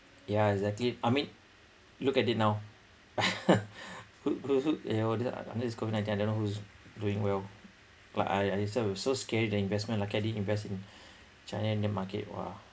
yeah exactly I mean look at it now who who who this is COVID ninteen I don't know who is doing well like I I said so scary the investment luckily I didn't invest in china market !wah!